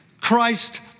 Christ